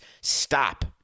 stop